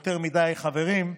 יותר מדי חברים,